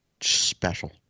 Special